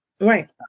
Right